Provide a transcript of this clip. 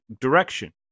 direction